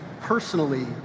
personally